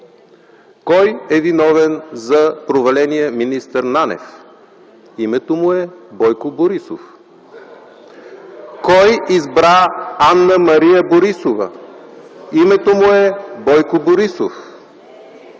Кой е виновен за проваления министър Нанев? Името му е Бойко Борисов. Кой избра Анна-Мария Борисова? Името му е Бойко Борисов.